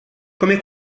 come